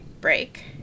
break